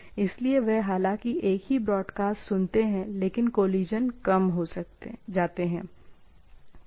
इसलिए वे हालांकि एक ही ब्रॉडकास्ट सुनते हैं लेकिन कोलिशन कम हो जाते हैं